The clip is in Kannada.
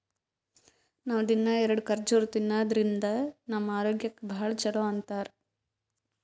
ನಾವ್ ದಿನ್ನಾ ಎರಡ ಖರ್ಜುರ್ ತಿನ್ನಾದ್ರಿನ್ದ ನಮ್ ಆರೋಗ್ಯಕ್ ಭಾಳ್ ಛಲೋ ಅಂತಾರ್